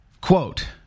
Quote